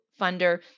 funder